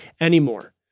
anymore